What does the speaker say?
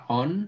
on